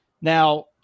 Now